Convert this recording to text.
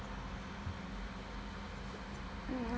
mm